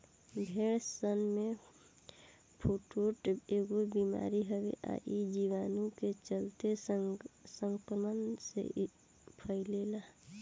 भेड़सन में फुट्रोट एगो बिमारी हवे आ इ जीवाणु के चलते संक्रमण से फइले ला